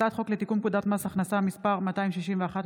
הצעת חוק לתיקון פקודת מס הכנסה (מס' 261),